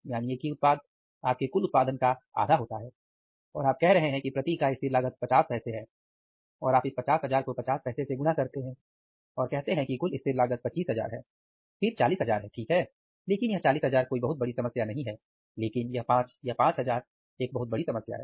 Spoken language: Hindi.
यानी एक ही उत्पाद आपके कुल उत्पादन का आधा होता है और आप कह रहे हैं कि प्रति इकाई स्थिर लागत 50 पैसे है और आप इस 50000 को 50 पैसे से गुणा करते हैं और कहते हैं कि कुल स्थिर लागत 25000 है फिर 40000 है ठीक है लेकिन यह 40000 कोई बहुत बड़ी समस्या नहीं है लेकिन यह पांच या 5000 एक बहुत बड़ी समस्या है